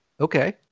Okay